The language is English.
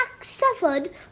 suffered